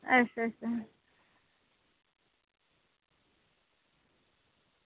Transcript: अच्छा अच्छा